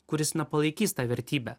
kuris na palaikys tą vertybę